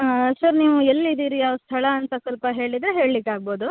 ಹಾಂ ಸರ್ ನೀವು ಎಲ್ಲಿದ್ದೀರಿ ಯಾವ ಸ್ಥಳ ಅಂತ ಸ್ವಲ್ಪ ಹೇಳಿದರೆ ಹೇಳಲಿಕ್ಕಾಗ್ಬೋದು